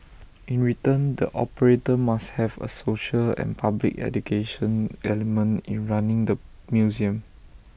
in return the operator must have A social and public education element in running the museum